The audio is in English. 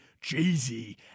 Jay-Z